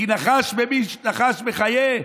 "וכי נחש ממית או נחש מחיה?"